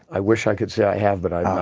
i wish i could see i have but i